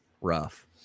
Rough